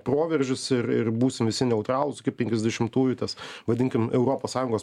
proveržis ir ir būsim visi neutralūs iki penkiasdešimtųjų tas vadinkim europos sąjungos